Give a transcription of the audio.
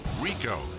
RICO